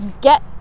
Get